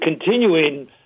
continuing